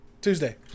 Tuesday